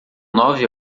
nove